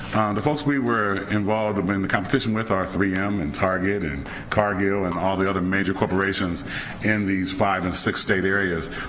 the folks we were involved to win the competition with are three m and target and cargill and all the other major corporations in these five and six state areas.